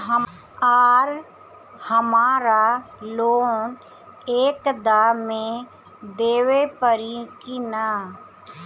आर हमारा लोन एक दा मे देवे परी किना?